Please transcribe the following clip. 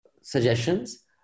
suggestions